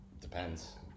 Depends